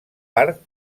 part